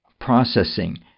processing